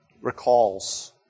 recalls